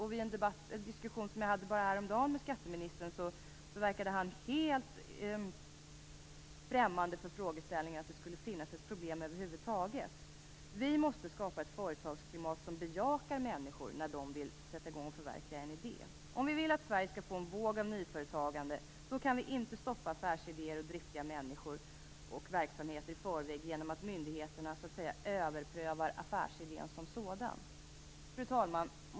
Vid en diskussion som jag hade med skatteministern bara härom dagen, verkade han helt främmande för att det skulle finnas ett problem över huvud taget. Vi måste skapa ett företagsklimat som bejakar människor när de vill sätta i gång och förverkliga en idé. Om vi vill att Sverige skall få en våg av nyföretagande, kan vi inte stoppa affärsidéer, driftiga människor och verksamheter i förväg genom att myndigheterna så att säga överprövar affärsidén som sådan. Fru talman!